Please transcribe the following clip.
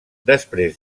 després